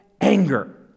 anger